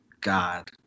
God